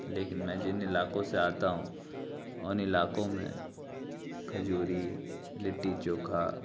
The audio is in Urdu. لیکن میں جن علاقوں سے آتا ہوں ان علاقوں میں کھجوری لٹی چوکھا